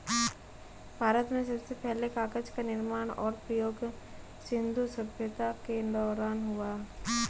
भारत में सबसे पहले कागज़ का निर्माण और प्रयोग सिन्धु सभ्यता के दौरान हुआ